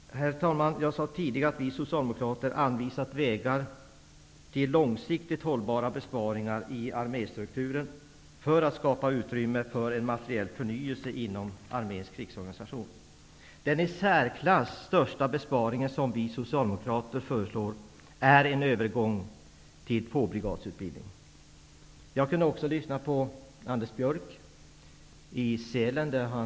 Herr talman! Jag sade tidigare att vi socialdemokrater anvisat vägar till långsiktigt hållbara besparingar i arméstrukturen för att skapa utrymme för en materiell förnyelse inom arméns krigsorganisation. Den i särklass största besparingen som vi socialdemokrater föreslår är en övergång till tvåbrigadutbildning. Jag lyssnade också på Anders Björck när han var i Sälen.